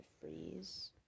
freeze